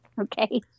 Okay